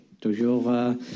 Toujours